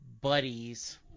buddies